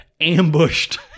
ambushed